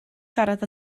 siarad